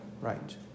Right